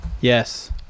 Yes